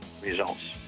results